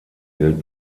gilt